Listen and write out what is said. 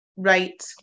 right